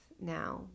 now